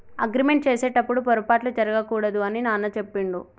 agreement చేసేటప్పుడు పొరపాట్లు జరగకూడదు అని నాన్న చెప్పిండు